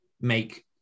make